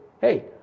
hey